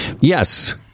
Yes